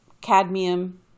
cadmium